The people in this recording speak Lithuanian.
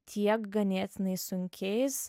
tiek ganėtinai sunkiais